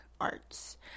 arts